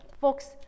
folks